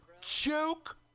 Joke